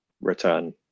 return